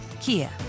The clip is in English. Kia